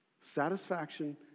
Satisfaction